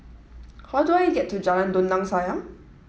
how do I get to Jalan Dondang Sayang